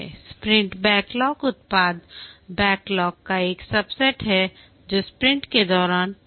sprint backlog उत्पाद backlog का एक सबसेट है जो स्प्रिंट के दौरान पूरा किया जाना है